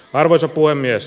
arvoisa puhemies